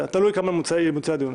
תלוי עד כמה ימוצה הדיון.